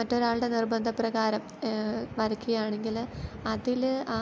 മറ്റൊരാൾടെ നിർബന്ധ പ്രകാരം വരയ്ക്കുകയാണെങ്കിൽ അതിൽ ആ